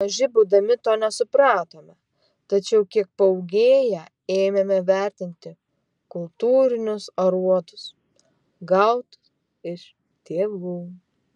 maži būdami to nesupratome tačiau kiek paūgėję ėmėme vertinti kultūrinius aruodus gautus iš tėvų